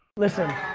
listen,